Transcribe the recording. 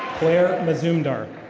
flaire mesindarth.